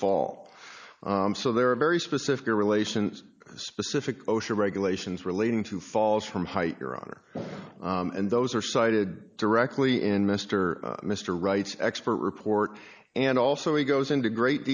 fall so there are very specific or relations specific osha regulations relating to falls from height your honor and those are cited directly in mr mr wright's expert report and also he goes into great